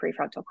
prefrontal